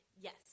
Yes